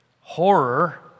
horror